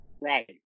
Right